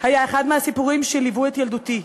היה אחד מהסיפורים שליוו את ילדותי.